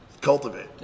cultivate